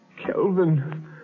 Kelvin